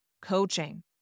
coaching